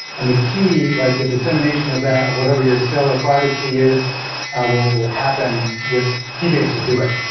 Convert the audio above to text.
and the key, like the dissemination of that of whatever your stellar private key is will will happen with keybase will do it,